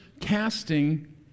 casting